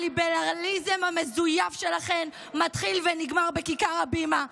הליברליזם המזויף שלכן מתחיל ונגמר בכיכר הבימה.